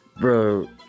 Bro